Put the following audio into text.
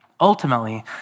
Ultimately